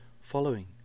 following